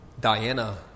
Diana